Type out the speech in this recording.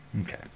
Okay